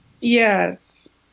Yes